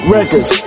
Records